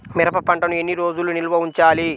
మిరప పంటను ఎన్ని రోజులు నిల్వ ఉంచాలి?